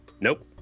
Nope